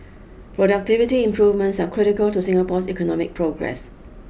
productivity improvements are critical to Singapore's economic progress